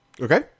okay